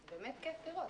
באמת כיף לראות.